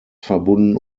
verbunden